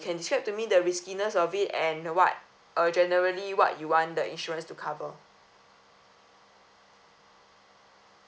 can describe to me the riskiness of it and uh what uh generally what you want the insurance to cover